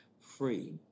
free